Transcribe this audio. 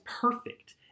perfect